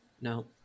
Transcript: No